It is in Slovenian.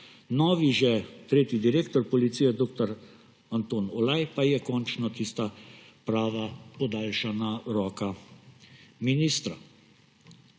Novi, že tretji direktor Policije dr. Anton Olaj pa je končno tista prava podaljšana roka ministra.